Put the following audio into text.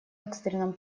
экстренном